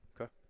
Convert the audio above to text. Okay